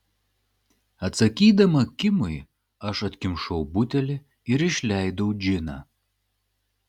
atsakydama kimui aš atkimšau butelį ir išleidau džiną